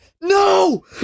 no